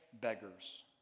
beggars